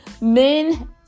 men